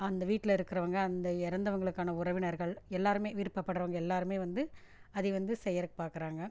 அந்த வீட்டில இருக்கிறவங்க அந்த இறந்தவங்களுக்கான உறவினர்கள் எல்லாருமே விருப்பப்படுறவங்க எல்லாருமே வந்து அதை வந்து செய்கிறக்கு பார்க்குறாங்க